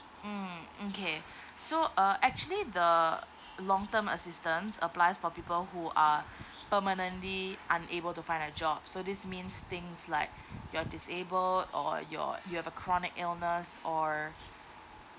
mm mm K so uh actually the long term assistance applies for people who are permanently unable to find a job so this means things like you're disable or your you have a chronic illness or